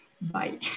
bye